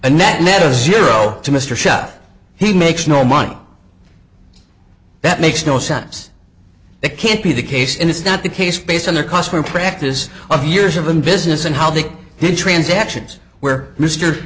a net net zero to mr shaath he makes no money that makes no sense that can't be the case and it's not the case based on their customer practice of years of in business and how they did transactions where m